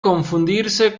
confundirse